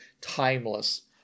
timeless